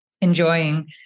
enjoying